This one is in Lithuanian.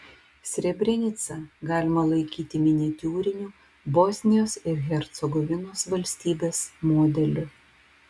srebrenicą galima laikyti miniatiūriniu bosnijos ir hercegovinos valstybės modeliu